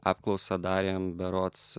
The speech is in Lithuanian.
apklausą darėm berods